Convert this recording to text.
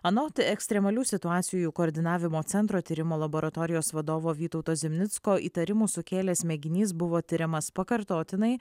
anot ekstremalių situacijų koordinavimo centro tyrimo laboratorijos vadovo vytauto zimnicko įtarimų sukėlęs mėginys buvo tiriamas pakartotinai